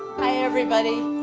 hi, everybody.